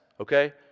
okay